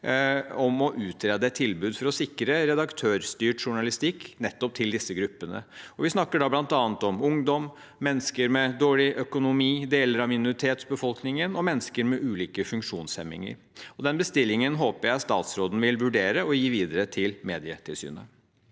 om å utrede et tilbud for å sikre redaktørstyrt journalistikk til nettopp disse gruppene. Vi snakker da bl.a. om ungdom, mennesker med dårlig økonomi, deler av minoritetsbefolkningen og mennesker med ulike funksjonshemminger. Den bestillingen håper jeg statsråden vil vurdere å gi videre til Medietilsynet.